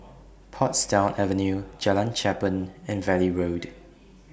Portsdown Avenue Jalan Cherpen and Valley Road